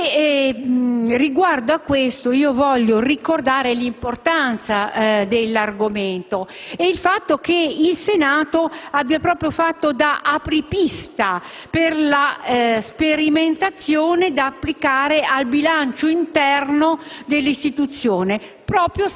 Riguardo a questo vorrei ricordare l'importanza dell'argomento e il fatto che il Senato abbia proprio fatto da apripista per la sperimentazione da applicare al bilancio interno dell'istituzione